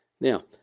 Now